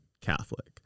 Catholic